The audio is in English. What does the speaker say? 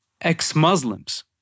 ex-Muslims